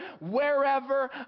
wherever